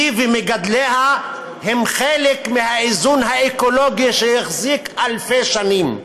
היא ומגדליה הם חלק מהאיזון האקולוגי שהחזיק אלפי שנים.